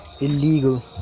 illegal